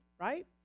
right